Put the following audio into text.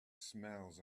smells